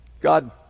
God